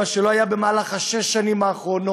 מה שלא היה במהלך שש השנים האחרונות,